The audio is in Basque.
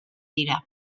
dira